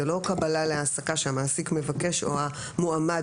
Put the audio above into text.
זאת לא קבלה להעסקה שהמעסיק מבקש או המועמד